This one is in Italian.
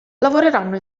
lavoreranno